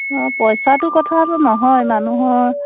অঁ পইচাটো কথাটো নহয় মানুহৰ